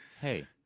hey